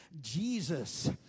Jesus